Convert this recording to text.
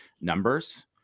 numbers